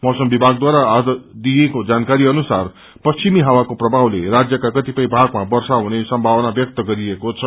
मौसम विभागद्वारा आज दिइएको जानकारी अनुसार पश्चिमी हावाको प्रभावले राज्यका कतिपय भागमा वर्षा हुने सम्भावना व्यक्त गरिएको छ